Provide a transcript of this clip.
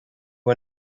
who